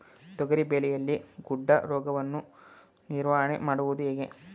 ತೊಗರಿ ಬೆಳೆಯಲ್ಲಿ ಗೊಡ್ಡು ರೋಗವನ್ನು ನಿವಾರಣೆ ಮಾಡುವುದು ಹೇಗೆ?